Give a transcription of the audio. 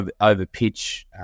over-pitch